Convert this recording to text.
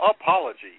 apology